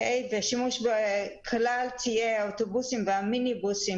ושימוש בכלל ציי האוטובוסים והמיניבוסים